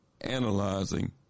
analyzing